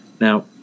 Now